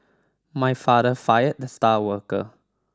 my father fired the star worker